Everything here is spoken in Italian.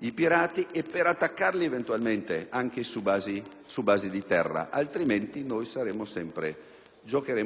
i pirati e per attaccarli eventualmente anche su basi di terra; altrimenti giocheremo